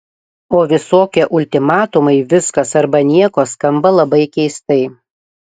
o visokie ultimatumai viskas arba nieko skamba labai keistai